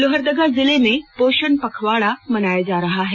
लोहरदगा जिले में पोषण पखवाड़ा मनाया जा रहा है